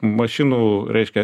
mašinų reiškia